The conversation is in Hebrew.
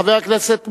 חבר הכנסת מולה,